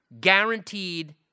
guaranteed